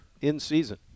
in-season